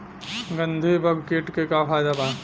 गंधी बग कीट के का फायदा बा?